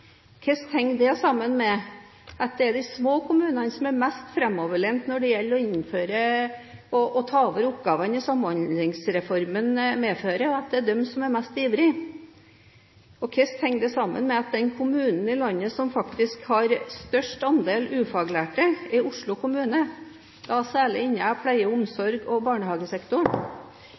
Hvordan henger det sammen med at det er de små kommunene som er mest framoverlent når det gjelder å innføre og ta over oppgavene Samhandlingsreformen medfører, og at det er de som er mest ivrige? Og hvordan henger det sammen med at den kommunen i landet som faktisk har størst andel ufaglærte, er Oslo kommune, da særlig innen pleie-, omsorgs- og barnehagesektoren? For Venstre er det faktisk veldig viktig med store, sterke og